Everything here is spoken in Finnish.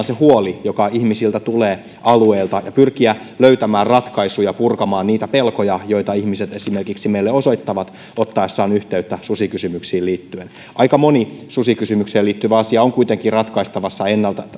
se huoli joka ihmisiltä tulee alueilta ja pyrkiä löytämään ratkaisuja purkamaan niitä pelkoja joita ihmiset esimerkiksi meille osoittavat ottaessaan yhteyttä susikysymyksiin liittyen aika moni susikysymykseen liittyvä asia on kuitenkin ratkaistavissa